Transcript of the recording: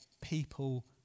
people